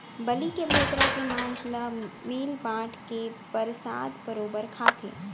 बलि के बोकरा के मांस ल मिल बांट के परसाद बरोबर खाथें